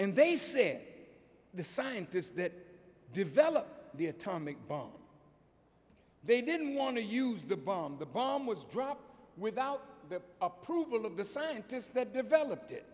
and they said the scientists that developed the atomic bomb they didn't want to use the bomb the bomb was dropped without the approval of the scientists that developed it